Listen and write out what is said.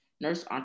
nurse